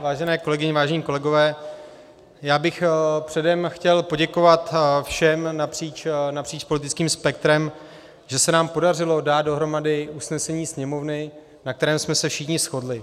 Vážené kolegyně, vážení kolegové, já bych předem chtěl poděkovat všem napříč politickým spektrem, že se nám podařilo dát dohromady usnesení Sněmovny, na kterém jsme se všichni shodli.